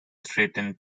threatened